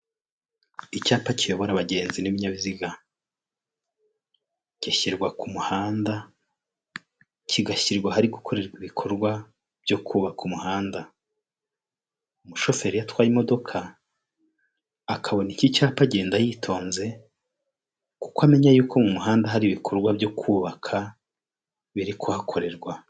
Icyapa kiyobora abagenzi n'ibinyabiziga, gishyirwa ku muhanda kigashyirwa ahari gukorerwa ibikorwa byo kubaka umuhanda, umushoferi iyo atwaye imodoka akabona iki cyapa agenda yitonze kuko amenya yuko muhanda hari ibikorwa byo kubaka biri kuhakorerwa,